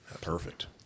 Perfect